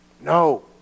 No